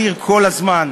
ימות,